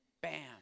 Bam